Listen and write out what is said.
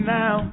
now